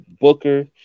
booker